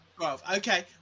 Okay